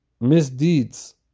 misdeeds